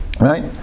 right